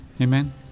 Amen